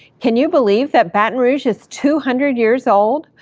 can you believe that baton rouge is two hundred years old?